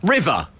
River